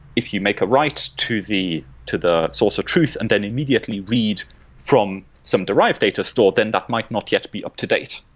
if you make a write to the to the source of truth and then immediately read from some derived data store, then that might not yet be up-to-date.